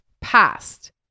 past